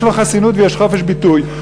יש לו חסינות ויש חופש ביטוי,